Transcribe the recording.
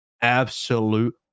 absolute